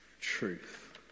truth